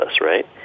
right